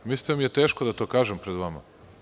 Mislite li da mi jeteško da to kažem pred vama?